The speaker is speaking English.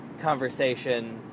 conversation